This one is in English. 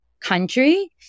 country